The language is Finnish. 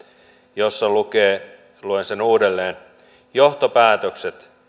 jossa luen sen uudelleen lukee johtopäätökset